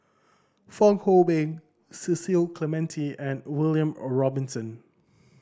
Fong Hoe Beng Cecil Clementi and William Robinson